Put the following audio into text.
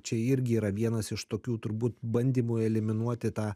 čia irgi yra vienas iš tokių turbūt bandymų eliminuoti tą